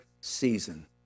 season